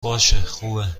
باشهخوبه